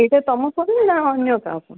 ଏଇଟା ତମକୁ କରିବି ନା ଅନ୍ୟ କାହାକୁ